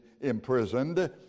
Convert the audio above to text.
imprisoned